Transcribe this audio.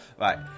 Right